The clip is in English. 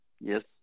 yes